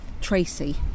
Tracy